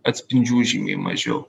atspindžių žymiai mažiau